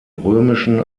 römischen